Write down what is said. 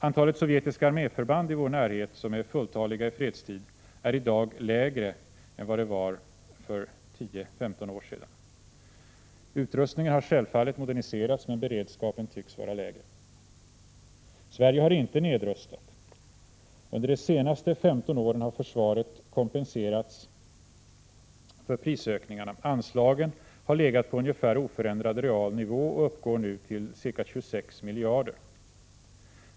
Antalet sovjetiska arméförband i vår närhet som är fulltaliga i fredstid är i dag lägre än vad det var för 10-15 år sedan. Utrustningen har självfallet moderniserats, men beredskapen tycks vara lägre. Sverige har inte nedrustat. Under de senaste 15 åren har försvaret kompenserats för prisökningarna. Anslagen har legat på en ungefär oförändrad real nivå och uppgår nu till ca 26 miljarder.